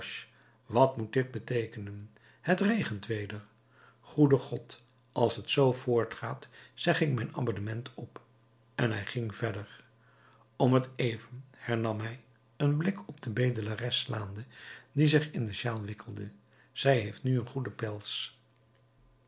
wat moet dit beteekenen het regent weder goede god als het zoo voortgaat zeg ik mijn abonnement op en hij ging verder om t even hernam hij een blik op de bedelares slaande die zich in de sjaal wikkelde zij heeft nu een goede pels